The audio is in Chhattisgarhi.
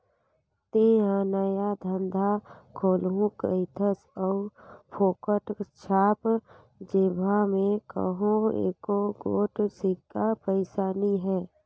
तेंहा नया धंधा खोलहू कहिथस अउ फोकट छाप जेबहा में कहों एको गोट सिक्का पइसा नी हे